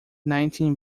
nineteen